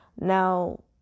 Now